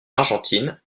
argentine